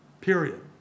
period